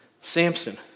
Samson